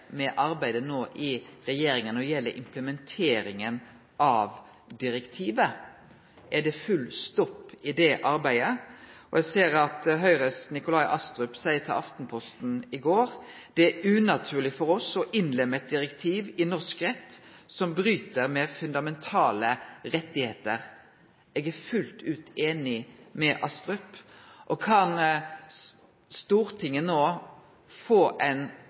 med arbeidet i regjeringa no når det gjeld implementeringa av direktivet? Er det full stopp i det arbeidet? Eg ser at Nikolai Astrup frå Høgre sa til Aftenposten i går: «Det er unaturlig for oss å innlemme et direktiv i norsk rett som bryter med fundamentale rettigheter.» Eg er fullt ut einig med Astrup. Kan Stortinget no få